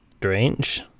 strange